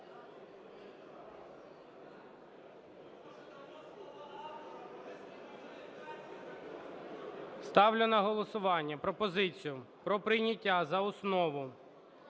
Ставлю на голосування пропозицію про прийняття за основу